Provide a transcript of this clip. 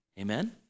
Amen